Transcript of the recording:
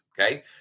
Okay